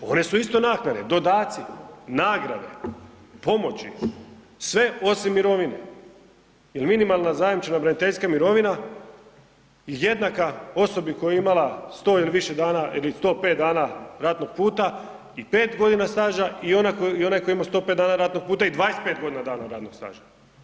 One su isto naknade, dodaci, nagrade, pomoći, sve osim mirovine jel minimalna zajamčena braniteljska mirovina je jednaka osobi koja je imala 100 ili više dana ili 105 dana ratnog puta i 5.g. staža i ona, i onaj koji je imao 105 dana ratnog puta i 25.g. dana radnog staža.